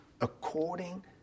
According